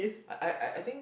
I I I think